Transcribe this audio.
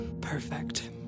Perfect